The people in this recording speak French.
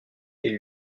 est